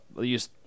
use